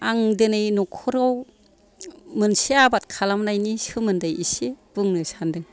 आं दिनै न'खराव मोनसे आबाद खालामनायनि सोमोन्दै एसे बुंनो सानदों